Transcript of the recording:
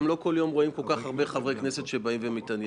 גם לא כל יום רואים כל כך הרבה חברי כנסת שבאים ומתעניינים.